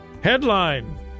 Headline